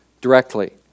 directly